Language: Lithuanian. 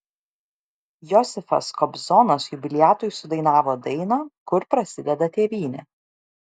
josifas kobzonas jubiliatui sudainavo dainą kur prasideda tėvynė